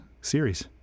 series